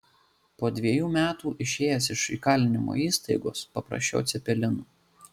po dvejų metų išėjęs iš įkalinimo įstaigos paprašiau cepelinų